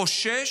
חושש,